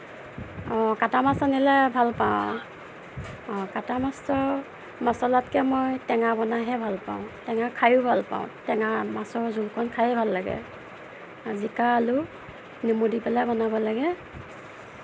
অঁ কাটা মাছ আনিলে ভাল পাওঁ অঁ কাটা মাছ মই মছলাতকে টেঙা বনাইহে ভাল পাওঁ টেঙা খাইও ভাল পাওঁ টেঙা মাছৰ জোলকণ খাইও ভাল লাগে জিকা আলু নেমু দি পেলাই বনাব লাগে